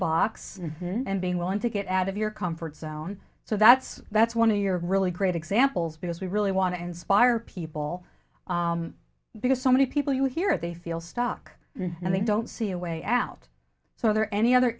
box and being willing to get out of your comfort zone so that's that's one of your really great examples because we really want to inspire people because so many people you hear they feel stuck and they don't see a way out so there are any other